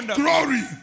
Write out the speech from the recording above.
glory